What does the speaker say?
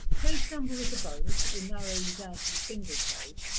page number is a bonus. it will narrow you down to a single page.